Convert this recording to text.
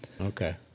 Okay